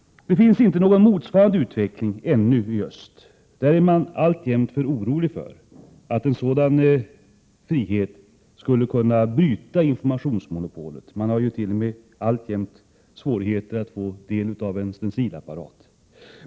Det finns ännu inte någon motsvarande utveckling i Östeuropa. Där är man alltjämt för orolig för att en sådan frihet skulle kunna bryta informationsmonopolet. Medborgarna där har t.o.m. alltjämt svårigheter att få tillgång till en stencilapparat.